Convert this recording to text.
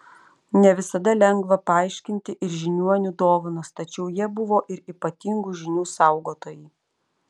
ne visada lengva paaiškinti ir žiniuonių dovanas tačiau jie buvo ir ypatingų žinių saugotojai